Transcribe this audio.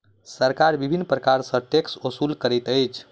सरकार विभिन्न प्रकार सॅ टैक्स ओसूल करैत अछि